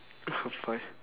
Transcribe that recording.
five